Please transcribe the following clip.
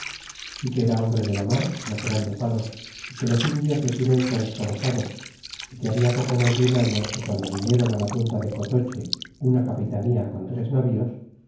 y que era hombre de la mar natural de palos a que los indios le tienen por esforzado y que habla poco mas de un año que guando vinieron á la punta de cotoche una capitania con tres navíos